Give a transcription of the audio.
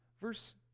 Verse